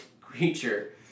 creature